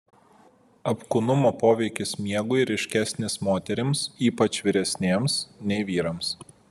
apkūnumo poveikis miegui ryškesnis moterims ypač vyresnėms nei vyrams